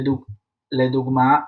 לדוגמה,